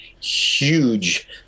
huge